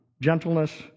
gentleness